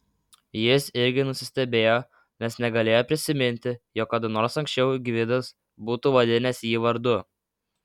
jis irgi nusistebėjo nes negalėjo prisiminti jog kada nors anksčiau gvidas būtų vadinęs jį vardu